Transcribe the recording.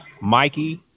Mikey